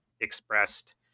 expressed